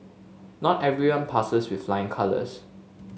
not everyone passes with flying colours